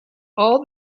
all